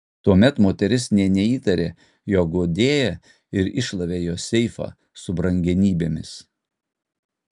tuomet moteris nė neįtarė jog guodėja ir iššlavė jos seifą su brangenybėmis